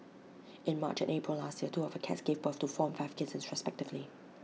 in March and April last year two of her cats gave birth to four and five kittens respectively